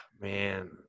Man